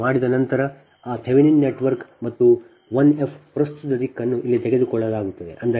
ಇದನ್ನು ಮಾಡಿದ ನಂತರ ಆ ಥೆವೆನಿನ್ ನೆಟ್ವರ್ಕ್ ಮತ್ತು ಈ I f ಪ್ರಸ್ತುತ ದಿಕ್ಕನ್ನು ಇಲ್ಲಿ ತೆಗೆದುಕೊಳ್ಳಲಾಗುತ್ತದೆ